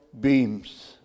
beams